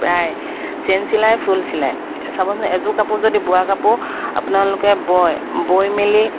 প্ৰায় চেন চিলাই ফুল চিলাই চাবচোন এযোৰ কাপোৰ যদি বোৱা কাপোৰ আপোনালোকে বয় বৈ মেলি